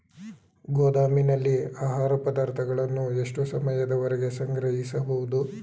ಗೋದಾಮಿನಲ್ಲಿ ಆಹಾರ ಪದಾರ್ಥಗಳನ್ನು ಎಷ್ಟು ಸಮಯದವರೆಗೆ ಸಂಗ್ರಹಿಸಬಹುದು?